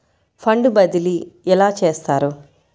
Fund బదిలీ ఎలా చేస్తారు?